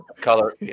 Color